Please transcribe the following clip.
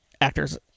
actors